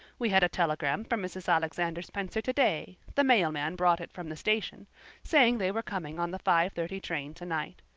we had a telegram from mrs. alexander spencer today the mail-man brought it from the station saying they were coming on the five-thirty train tonight.